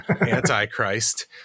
Antichrist